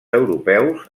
europeus